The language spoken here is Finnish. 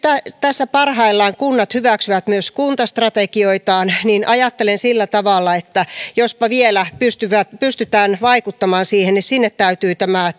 kun parhaillaan kunnat hyväksyvät myös kuntastrategioitaan niin ajattelen sillä tavalla että jospa vielä pystytään vaikuttamaan siihen niin sinne täytyy tämä